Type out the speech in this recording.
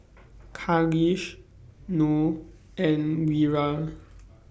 Khalish Noh and Wira